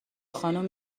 خانوم